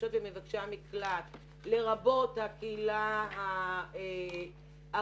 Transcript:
מבקשי ומבקשות המקלט, לרבות הקהילה האריתראית,